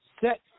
set